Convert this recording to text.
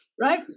right